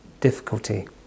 difficulty